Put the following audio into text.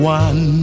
one